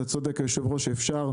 אתה צודק היושב-ראש שאפשר.